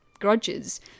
grudges